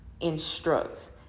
instructs